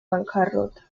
bancarrota